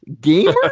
Gamer